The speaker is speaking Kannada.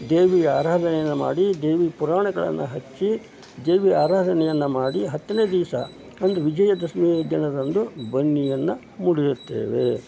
ದೇವಿಯ ಆರಾಧನೆಯನ್ನು ಮಾಡಿ ದೇವಿ ಪುರಾಣಗಳನ್ನು ಹಚ್ಚಿ ದೇವಿಯ ಆರಾಧನೆಯನ್ನು ಮಾಡಿ ಹತ್ತನೇ ದಿವಸ ಅಂದು ವಿಜಯದಶಮಿ ದಿನದಂದು ಬನ್ನಿಯನ್ನು ಮುಡಿಯುತ್ತೇವೆ